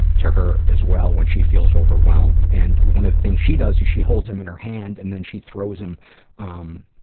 and to her as well when she feels overwhelmed and one of the things she does is she holds them in her hand and then she throws them um, ah,